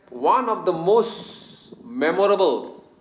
one of the most memorable